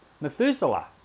Methuselah